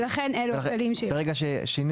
ולכן אלה הכללים --- אתה רוצה